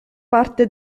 parte